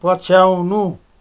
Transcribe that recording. पछ्याउनु